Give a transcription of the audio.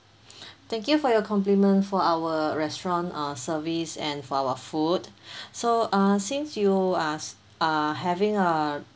thank you for your compliments for our restaurant uh service and for our food so uh since you uh s~ err having a